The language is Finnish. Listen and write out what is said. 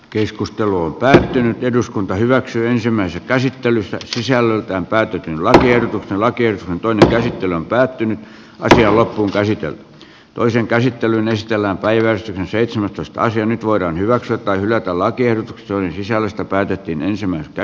keskustelu on päättynyt eduskunta hyväksyy ensimmäisen käsittelyn sisällöltään päätyikin laskien lakers antoi lehtilän päättynyt väriä loppuun tai sitten toisen käsittelyn estellään päivän seitsemäntoista asia nyt voidaan hyväksyä tai hylätä lakiehdotukset joiden sisällöstä päätettiin ensimmäistä